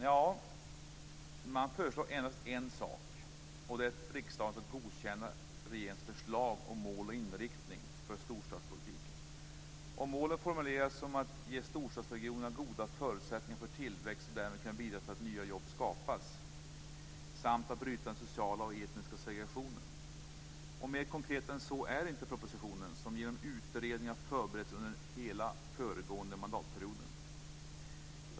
Jo, man föreslår endast en sak, och det är att riksdagen skall godkänna regeringens förslag om mål och inriktning för storstadspolitiken. Målen formuleras så att man skall ge storstadsregionerna goda förutsättningar för tillväxt och därmed kunna bidra till att nya jobb skapas, samt att den sociala och etniska segregationen skall kunna brytas. Mer konkret än så är inte propositionen, som genom utredningar har förberetts under hela den föregående mandatperioden.